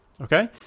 okay